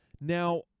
Now